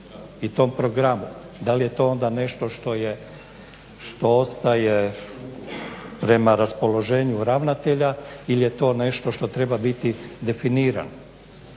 i tom programu. Da li je to onda nešto što ostaje prema raspoloženju ravnatelja ili je to nešto što treba biti definiran.